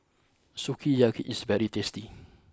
Sukiyaki is very tasty